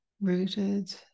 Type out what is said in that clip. rooted